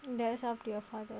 that's up to your father